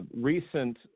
recent